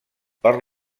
per